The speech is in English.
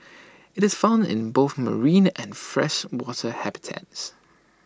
IT is found in both marine and freshwater habitats